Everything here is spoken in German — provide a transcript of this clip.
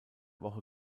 woche